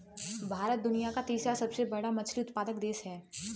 भारत दुनिया का तीसरा सबसे बड़ा मछली उत्पादक देश है